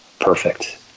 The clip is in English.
perfect